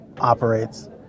operates